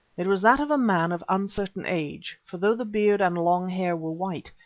it was that of a man of uncertain age, for though the beard and long hair were white,